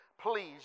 please